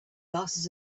glasses